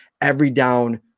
every-down